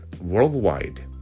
worldwide